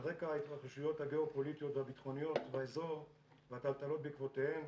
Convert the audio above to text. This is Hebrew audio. על רק ההתרחשויות הגיאופוליטיות והביטחוניות באזור והטלטלות בעקבותיהן,